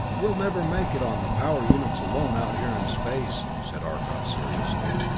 we'll never make it on the power units alone, out here in space, said arcot seriously.